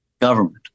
government